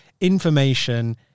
information